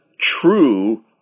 true